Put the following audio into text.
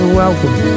welcome